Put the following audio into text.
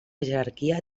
jerarquia